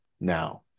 now